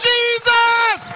Jesus